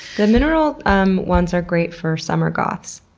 the mineral um ones are great for summer goths.